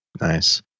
Nice